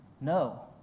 no